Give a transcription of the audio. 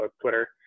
Twitter